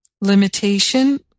limitation